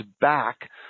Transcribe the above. back